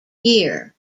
year